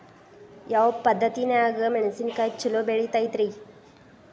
ಯಾವ ಪದ್ಧತಿನ್ಯಾಗ ಮೆಣಿಸಿನಕಾಯಿ ಛಲೋ ಬೆಳಿತೈತ್ರೇ?